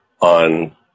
on